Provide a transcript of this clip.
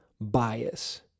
bias